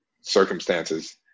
circumstances